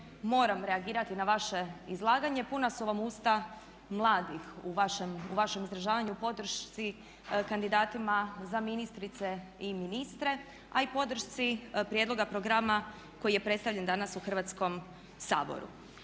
moram reagirati na vaše izlaganje. Puna su vam usta mladih u vašem izražavanju, u podršci kandidatima za ministrice i ministre, a i podršci prijedloga programa koji je predstavljen danas u Hrvatskom saboru.